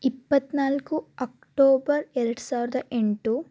ಇಪ್ಪತ್ತ್ನಾಲ್ಕು ಅಕ್ಟೋಬರ್ ಎರಡುಸಾವಿರದ ಎಂಟು